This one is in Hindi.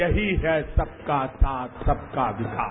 यही है सबका साथ सबका विकास